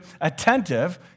attentive